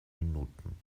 minuten